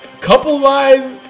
couple-wise